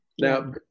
Now